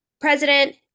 president